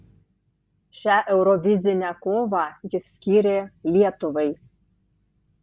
šią eurovizinę kovą jis skyrė lietuvai